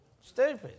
stupid